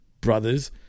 brothers